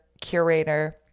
curator